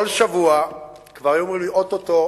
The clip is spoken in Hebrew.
כל שבוע היו אומרים לי: או-טו-טו.